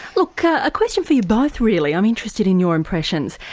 look a question for you both really, i'm interested in your impressions.